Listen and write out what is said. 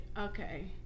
okay